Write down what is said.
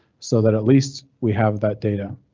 so that at least we have that data